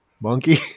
Monkey